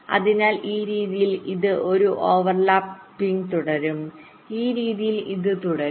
അതിനാൽ ഈ രീതിയിൽ ഇത് ഒരു ഓവർലാപ്പ് രീതിയിൽ തുടരും ഈ രീതിയിൽ ഇത് തുടരും